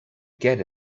get